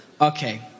Okay